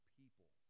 people